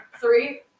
Three